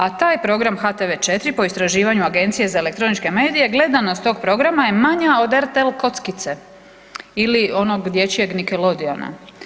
A taj program HTV4 po istraživanju Agencije za elektroničke medije gledanost tog programa je manja od RTL kockice ili onog dječjeg Nickelodeona.